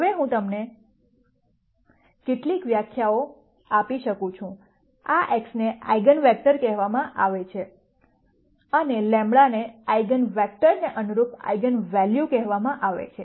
હવે હું તમને કેટલીક વ્યાખ્યાઓ આપી શકું છું આ x ને આઇગન વેક્ટર કહેવામાં આવે છે અને લેમ્બડાસને તે આઇગન વેક્ટર્સને અનુરૂપ આઇગનવેલ્યુઝ કહેવામાં આવે છે